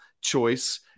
choice